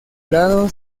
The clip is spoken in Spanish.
lado